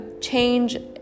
change